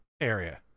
area